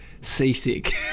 seasick